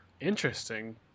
interesting